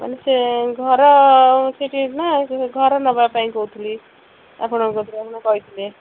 ମାନେ ସେ ଘର ସେଠି ଅଛିନା ଘର ନେବା ପାଇଁ କହୁଥିଲି ଆପଣଙ୍କ କତିରେ ଆପଣ କହିଥିଲେ